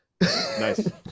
nice